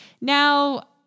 Now